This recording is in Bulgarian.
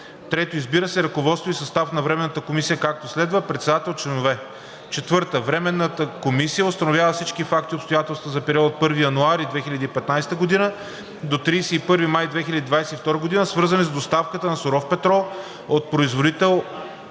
3. Избира ръководство и състав на Временната комисия, както следва: Председател:.. Членове:.. 4. Временната комисия установява всички факти и обстоятелства за периода от 1 януари 2015 г. до 31 май 2022 г., свързани с доставката на суров петрол от производител